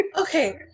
Okay